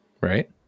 right